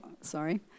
sorry